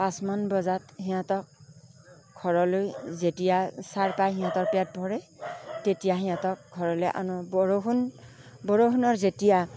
পাঁচমান বজাত সিহঁতক ঘৰলৈ যেতিয়া চাৰ পাই সিহঁতৰ পেট ভৰে তেতিয়া সিহঁতক ঘৰলৈ আনো বৰষুণ বৰষুণৰ যেতিয়া